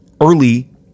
early